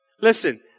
Listen